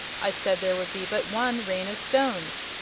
i said there would be but one rain of stones.